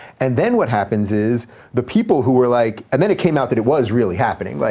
and then what happens is the people who were like, and then it came out that it was really happening. like,